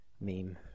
meme